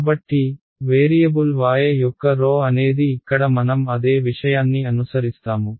కాబట్టి variable y యొక్క అనేది ఇక్కడ మనం అదే విషయాన్ని అనుసరిస్తాము